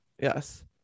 yes